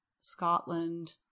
Scotland